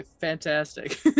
fantastic